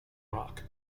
rock